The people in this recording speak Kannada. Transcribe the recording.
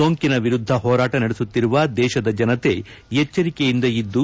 ಸೋಂಕಿನ ವಿರುದ್ಧ ಹೋರಾಟ ನಡೆಸುತ್ತಿರುವ ದೇಶದ ಜನತೆ ಎಚ್ಚರಿಕೆಯಿಂದ ಇದ್ದು